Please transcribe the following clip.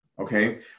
okay